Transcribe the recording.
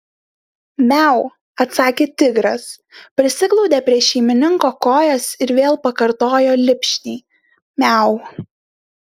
miau atsakė tigras prisiglaudė prie šeimininko kojos ir vėl pakartojo lipšniai miau